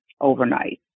overnight